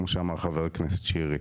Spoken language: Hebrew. כמו שאמר חבר הכנסת שירי.